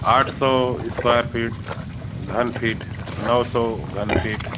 आठ सौ square feet घन फीट नौ सौ घन फीट